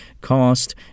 cost